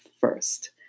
first